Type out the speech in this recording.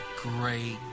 great